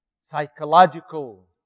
psychological